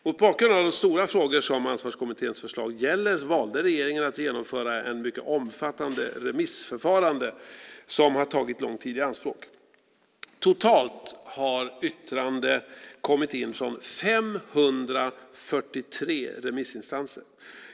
Mot bakgrund av de stora frågor som Ansvarskommitténs förslag gäller valde regeringen att genomföra ett mycket omfattande remissförfarande som har tagit lång tid i anspråk. Totalt har yttrande kommit in från 543 remissinstanser.